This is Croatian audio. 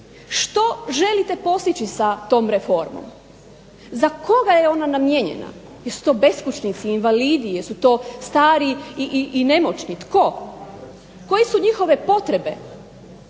što želite postići sa tom reformom, za koga je ona namijenjena, jesu to beskućnici, invalidi, jesu to stari i nemoćni, tko? Koje su njihove potrebe,